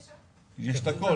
יש את הכל.